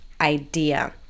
idea